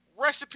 Recipe